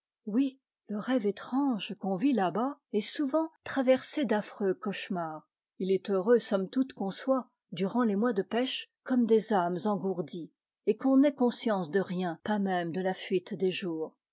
oui le rêve étrange qu'on vit i à bas est souvent traversé d'affreux cauchemars il est heureux somme toute qu'on soit durant les mois de pêche conune des âmes engourdies et qu'on n'ait conscience de rien pas même de la fuite des jours